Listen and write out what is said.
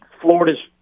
Florida's